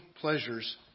pleasures